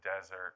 desert